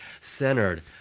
centered